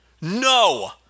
No